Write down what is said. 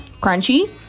Crunchy